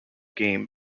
game